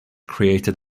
created